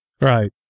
Right